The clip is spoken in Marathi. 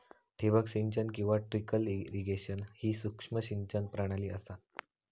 ठिबक सिंचन किंवा ट्रिकल इरिगेशन ही सूक्ष्म सिंचन प्रणाली असा